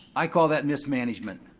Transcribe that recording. i call that mismanagement.